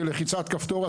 בלחיצת כפתור,